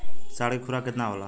साढ़ के खुराक केतना होला?